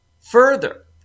further